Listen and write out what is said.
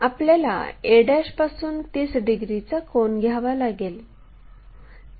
आपल्याला a पासून 30 डिग्रीचा कोन घ्यावा लागेल